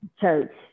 church